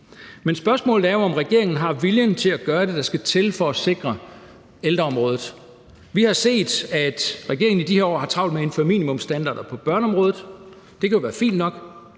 Men spørgsmålet er jo, om regeringen har viljen til at gøre det, der skal til for at sikre ældreområdet. Vi har set, at regeringen i de her år har travlt med at indføre minimumsstandarder på børneområdet. Det kan jo være fint nok.